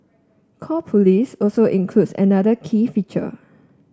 call police also includes another key feature